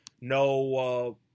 No